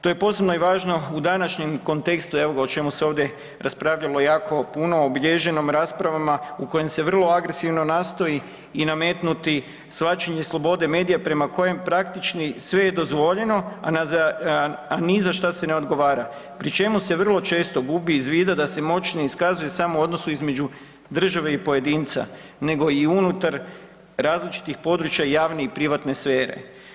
To je posebno i važno u današnjem kontekstu, evo ga o čemu se ovdje raspravljalo jako puno, obilježeno raspravama u kojim se vrlo agresivno nastoji i nametnuti svačije slobode medija prema kojim praktično sve je dozvoljeno a ni za što se ne odgovara pri čemu se vrlo često gubi iz voda da se moćno iskazuje samo u odnosu između države i pojedinca nego i unutar različitih područja javne i privatne sfere.